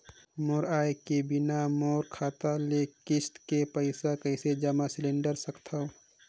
मोर आय बिना मोर बैंक खाता ले किस्त के पईसा कइसे जमा सिलेंडर सकथव?